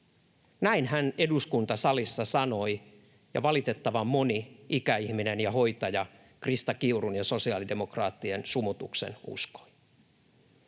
Näin hän eduskuntasalissa sanoi, ja valitettavan moni ikäihminen ja hoitaja Krista Kiurun ja sosiaalidemokraattien sumutuksen uskoi.